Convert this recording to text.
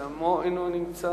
גם הוא אינו נמצא,